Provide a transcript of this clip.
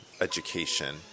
education